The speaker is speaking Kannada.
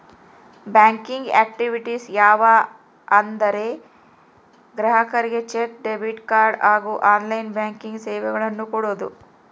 ಬ್ಯಾಂಕಿಂಗ್ ಆಕ್ಟಿವಿಟೀಸ್ ಯಾವ ಅಂದರೆ ಗ್ರಾಹಕರಿಗೆ ಚೆಕ್, ಡೆಬಿಟ್ ಕಾರ್ಡ್ ಹಾಗೂ ಆನ್ಲೈನ್ ಬ್ಯಾಂಕಿಂಗ್ ಸೇವೆಗಳನ್ನು ಕೊಡೋದು